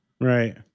Right